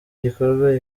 gikorwa